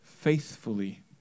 faithfully